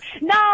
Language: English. no